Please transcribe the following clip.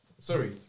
Sorry